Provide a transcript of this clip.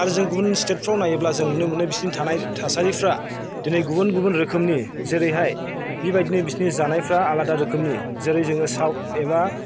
आरो जों गुबुन स्टेटफ्राव नायोब्ला जों नुनो मोनो बिसिनि थानाय थासारिफ्रा दिनै गुबुन गुबुन रोखोमनि जेरैहाय बेबायदिनो बिसिनि जानायफ्रा आलादा रोखोमनि जेरै जोङो साउथ एबा